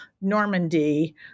Normandy